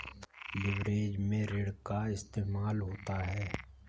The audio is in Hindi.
लिवरेज में ऋण का इस्तेमाल होता है